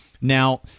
Now